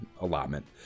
allotment